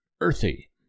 earthy